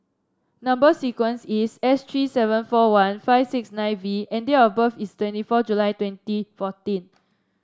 number sequence is S three seven four one five six nine V and date of birth is twenty four July twenty fourteen